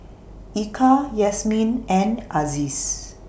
Eka Yasmin and Aziz